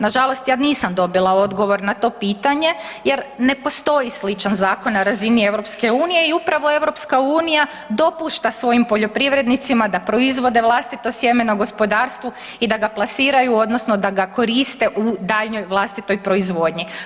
Nažalost, ja nisam dobila odgovor na to pitanje jer ne postoji sličan zakon na razini EU i upravo EU dopušta svojim poljoprivrednicima da proizvode vlastito sjeme na gospodarstvu i da ga plasiraju odnosno da ga koriste u daljnjoj vlastitoj proizvodnji.